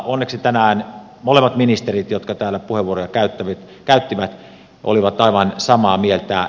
onneksi tänään molemmat ministerit jotka täällä puheenvuoroja käyttivät olivat aivan samaa mieltä